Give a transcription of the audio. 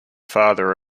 father